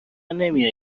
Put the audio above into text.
نمیایی